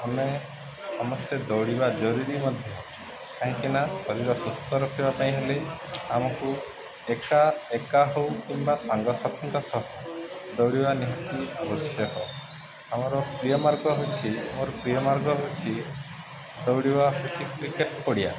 ଆମେ ସମସ୍ତେ ଦୌଡ଼ିବା ଜରୁରୀ ମଧ୍ୟ କାହିଁକିନା ଶରୀର ସୁସ୍ଥ ରଖିବା ପାଇଁ ହେଲେ ଆମକୁ ଏକା ଏକା ହେଉ କିମ୍ବା ସାଙ୍ଗସାଥିଙ୍କ ସହ ଦୌଡ଼ିବା ନିହାତି ଆବଶ୍ୟକ ଆମର ପ୍ରିୟ ମାର୍ଗ ହେଉଛି ମୋର ପ୍ରିୟ ମାର୍ଗ ହେଉଛି ଦୌଡ଼ିବା ହେଉଛି କ୍ରିକେଟ୍ ପଡ଼ିଆ